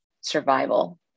survival